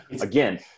again